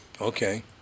Okay